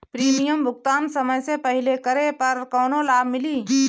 Premium भुगतान समय से पहिले करे पर कौनो लाभ मिली?